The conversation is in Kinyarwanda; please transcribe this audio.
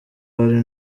hari